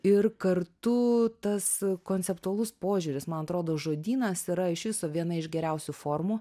ir kartu tas konceptualus požiūris man atrodo žodynas yra iš viso viena iš geriausių formų